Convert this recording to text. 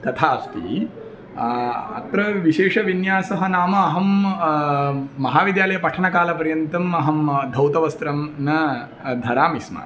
तथा अस्ति अत्र विशेषविन्यासः नाम अहं महाविद्यालये पठनकालपर्यन्तम् अहं धौतवस्त्रं न धरामि स्म